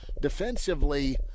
defensively